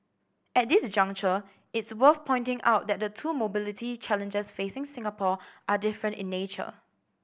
at this juncture it's worth pointing out that the two mobility challenges facing Singapore are different in nature